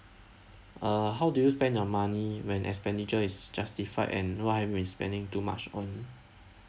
uh how do you spend your money when expenditure is justified and what have you been spending too much on